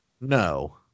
No